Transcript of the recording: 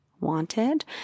wanted